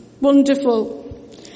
Wonderful